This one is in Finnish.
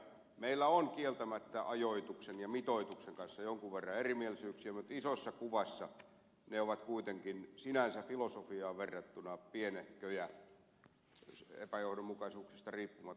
meillä on kieltämättä ajoituksen ja mitoituksen kanssa jonkun verran erimielisyyksiä mutta isossa kuvassa ne ovat kuitenkin sinänsä filosofiaan verrattuina pienehköjä epäjohdonmukaisuuksista riippumatta joihin ed